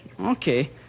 okay